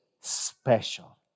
special